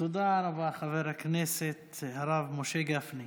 תודה רבה, חבר הכנסת הרב משה גפני.